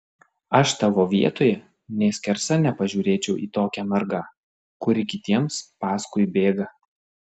aš tavo vietoj nė skersa nepažiūrėčiau į tokią mergą kuri kitiems paskui bėga